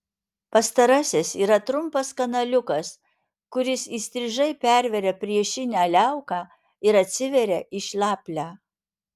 pastarasis yra trumpas kanaliukas kuris įstrižai perveria priešinę liauką ir atsiveria į šlaplę